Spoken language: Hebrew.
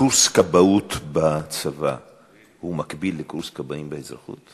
קורס כבאות בצבא מקביל לקורס כבאים באזרחות?